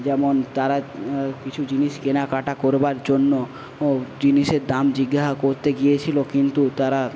যেমন তারা কিছু জিনিস কেনাকাটা করবার জন্য জিনিসের দাম জিজ্ঞাসা করতে গিয়েছিলো কিন্তু তারা